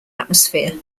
atmosphere